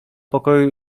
pokoju